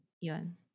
Yun